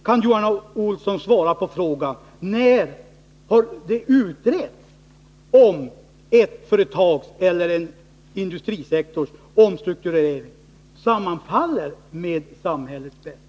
Kan Johan Olsson svara på frågan: När har det utretts om ett företag eller en industrisektors omstrukturering sammanfaller med samhällets bästa?